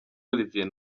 olivier